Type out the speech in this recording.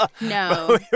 No